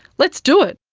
let's do it!